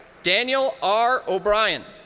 daniel r. o'brian.